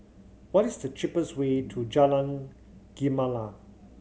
what is the cheapest way to Jalan Gemala